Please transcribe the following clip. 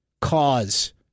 cause